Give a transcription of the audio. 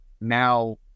now